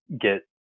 get